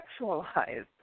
sexualized